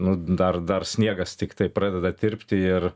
nu dar dar sniegas tiktai pradeda tirpti ir